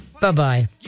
Bye-bye